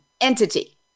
entity